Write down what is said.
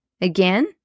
Again